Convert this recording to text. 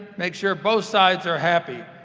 make sure both sides are happy.